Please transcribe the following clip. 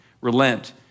relent